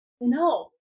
No